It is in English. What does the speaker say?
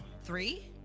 Three